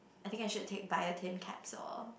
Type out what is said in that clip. I think I should take biotin capsule or